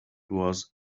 was